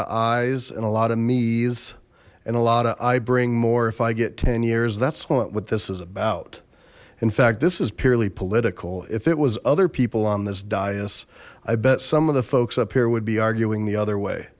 of eyes and a lot of me's and a lot of i bring more if i get ten years that's what this is about in fact this is purely political if it was other people on this dais i bet some of the folks up here would be arguing the other way